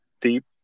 deep